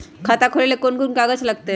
खाता खोले ले कौन कौन कागज लगतै?